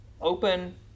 Open